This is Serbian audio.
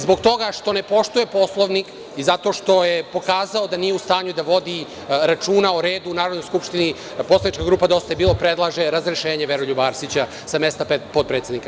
Zbog toga što ne poštuje Poslovnik i zbog toga što je pokazao da nije u stanju da vodi računa o redu u Narodnoj skupštini, poslanička grupa Dosta je bilo predlaže razrešenje Veroljuba Arsića sa mesta potpredsednika.